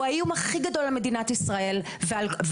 האיום הכי גדול על מדינת ישראל ובכלל,